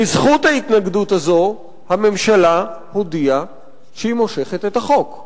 בזכות ההתנגדות הזאת הממשלה הודיעה שהיא מושכת את החוק.